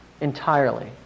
Entirely